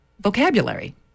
vocabulary